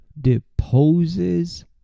deposes